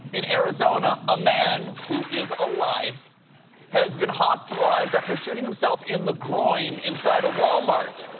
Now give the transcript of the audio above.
in arizona, a man who is alive has been hospitalized after shooting himself in the groin inside a walmart.